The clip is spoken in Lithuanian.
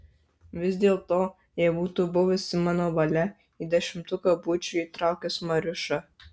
vis dėlto jei būtų buvusi mano valia į dešimtuką būčiau įtraukęs mariušą